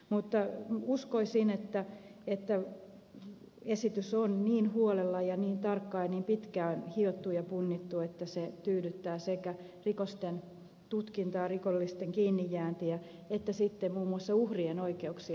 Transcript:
uskoisin että esitys on niin huolella niin tarkkaan ja niin pitkään hiottu ja punnittu että se tyydyttää sekä rikosten tutkintaa rikollisten kiinnijääntiä että sitten muun muassa uhrien oikeuksia